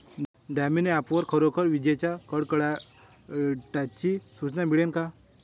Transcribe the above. Damini app वर खरोखर विजाइच्या कडकडाटाची सूचना मिळन का?